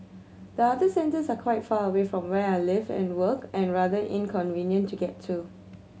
the other centres are quite far away from where I live and work and rather inconvenient to get to